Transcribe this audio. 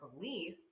belief